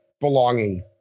belonging